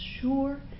sure